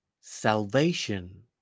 Salvation